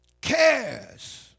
Cares